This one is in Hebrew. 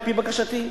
על-פי בקשתי: